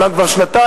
אומנם כבר שנתיים,